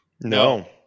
No